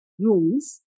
rooms